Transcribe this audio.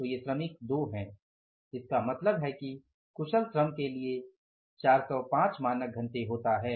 तो ये श्रमिक 2 हैं तो इसका मतलब है कि कुशल श्रम के लिए 405 मानक घंटे होता है